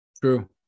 True